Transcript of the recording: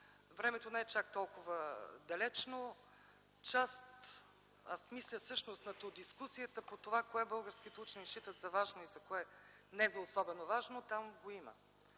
времето не е чак толкова далечно. Част от дискусията по това кое българските учени считат за важно и кое не за особено важно там я има,